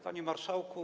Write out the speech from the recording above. Panie Marszałku!